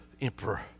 emperor